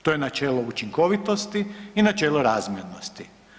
To je načelo učinkovitosti i načelo razmjernosti.